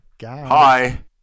Hi